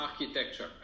architecture